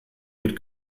mit